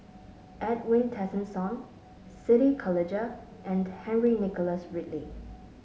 Edwin Tessensohn Siti Khalijah and Henry Nicholas Ridley